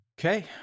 Okay